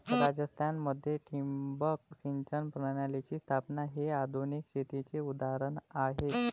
राजस्थान मध्ये ठिबक सिंचन प्रणालीची स्थापना हे आधुनिक शेतीचे उदाहरण आहे